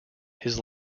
his